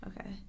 Okay